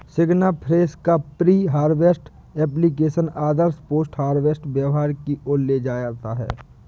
सिग्नाफ्रेश का pre harvest application आदर्श post harvest व्यवहार की ओर ले जाता है